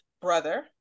brother